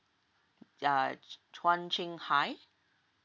yeah chuan cheng high